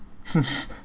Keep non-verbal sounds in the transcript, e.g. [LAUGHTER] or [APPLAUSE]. [LAUGHS]